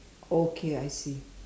okay I see